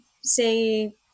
say